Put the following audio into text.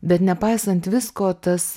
bet nepaisant visko tas